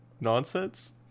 nonsense